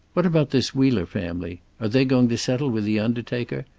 what about this wheeler family? are they going to settle with the undertaker?